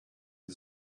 die